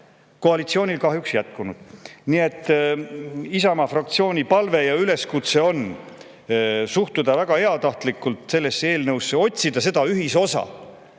tahet kahjuks jätkunud. Nii et Isamaa fraktsiooni palve ja üleskutse on suhtuda väga heatahtlikult sellesse eelnõusse, otsida ühisosa